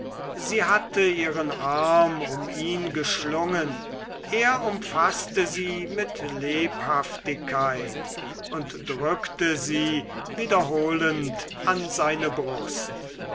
sie hatte ihren arm um ihn geschlungen er umfaßte sie mit lebhaftigkeit und drückte sie wiederholend an seine brust